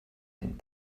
den